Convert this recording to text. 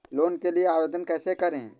Loan के लिए आवेदन कैसे करें?